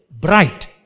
bright